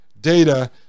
data